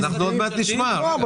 עוד מעט נשמע.